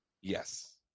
yes